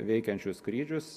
veikiančius skrydžius